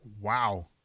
Wow